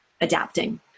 adapting